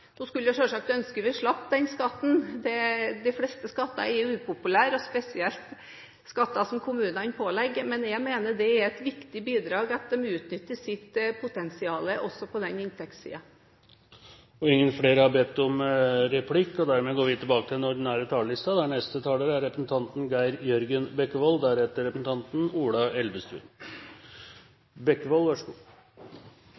Nå skulle jeg selvsagt ønske at vi slapp den skatten. De fleste skatter er upopulære, spesielt skatter som kommunene pålegger, men jeg mener det er et viktig bidrag at de utnytter sitt potensial også på den inntektssiden. Replikkordskiftet er omme. For Kristelig Folkeparti er nærhetsprinsippet et bærende prinsipp, og vi legger til